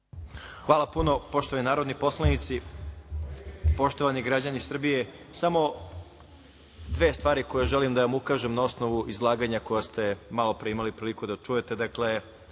Hvala puno. Poštovani narodni poslanici, poštovani građani Srbije, samo dve stvari na koje želim da vam ukažem, a na osnovu izlaganja koja ste malo pre imali priliku da čujete. Dakle,